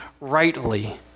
rightly